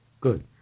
Good